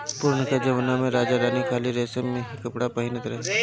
पुरनका जमना में राजा रानी खाली रेशम के ही कपड़ा पहिनत रहे